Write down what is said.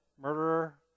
murderer